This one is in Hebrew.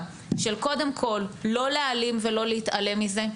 של קודם כל לא להעלים ולא להתעלם מזה.